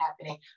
happening